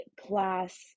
class